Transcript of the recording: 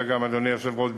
אדוני היושב-ראש,